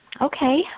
Okay